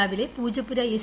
രാവിലെ പൂജപ്പുര എസ്